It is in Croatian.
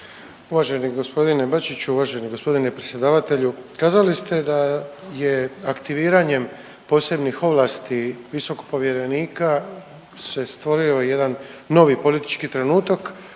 Uvaženi gospodine Bačiću, uvaženi gospodine predsjedavatelju, kazali ste da je aktiviranjem posebnih ovlasti visokog povjerenika se stvorio jedan novi politički trenutak